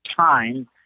time